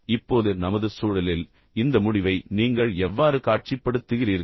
இப்போது நமது சூழலில் இந்த முடிவை நீங்கள் எவ்வாறு காட்சிப்படுத்துகிறீர்கள்